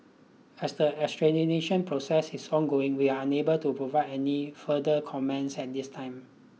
as the process is ongoing we are unable to provide any further comments at this time